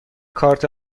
کارت